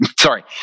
Sorry